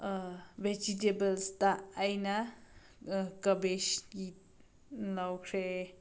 ꯕꯦꯖꯤꯇꯦꯕꯜꯁꯇ ꯑꯩꯅ ꯀꯕꯦꯁꯀꯤ ꯂꯧꯈ꯭ꯔꯦ